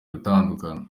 gutandukana